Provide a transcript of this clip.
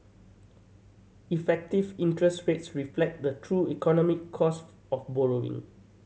effective interest rates reflect the true economic cost of borrowing